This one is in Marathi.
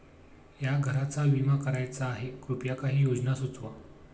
या घराचा विमा करायचा आहे कृपया काही योजना सुचवा